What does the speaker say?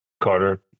Carter